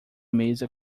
mesa